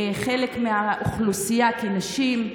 חלק מהאוכלוסייה, הנשים.